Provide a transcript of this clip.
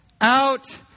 out